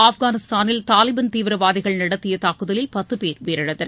ஆப்கானிஸ்தானில் தாலிபாள் தீவிரவாதிகள் நடத்திய தாக்குதலில் பத்து பேர் உயிரிழந்தனர்